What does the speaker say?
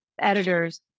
editors